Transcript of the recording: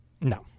no